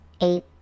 eight